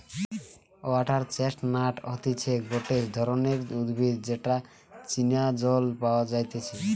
water chestnut হতিছে গটে ধরণের উদ্ভিদ যেটা চীনা জল পাওয়া যাইতেছে